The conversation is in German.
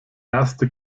erste